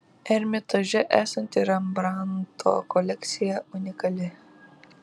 ermitaže esanti rembrandto kolekcija unikali